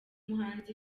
muhanzi